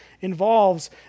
involves